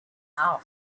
our